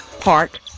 Park